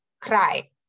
cry